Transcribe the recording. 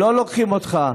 לא לוקחים אותך.